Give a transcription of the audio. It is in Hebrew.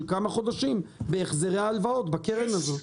כמה חודשים בהחזרי ההלוואות בקרן הזאת.